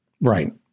Right